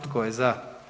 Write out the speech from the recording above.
Tko je za?